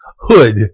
hood